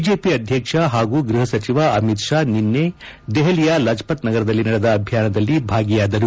BJP ಅಧ್ಯಕ್ಷ ಹಾಗೂ ಗ್ಬಪ ಸಚಿವ ಅಮಿತ್ ಶಾ ನಿನ್ನೆ ದೆಹಲಿಯ ಲಜ್ ಪತ್ ನಗರದಲ್ಲಿ ನಡೆದ ಅಭಿಯಾನದಲ್ಲಿ ಭಾಗಿಯಾದರು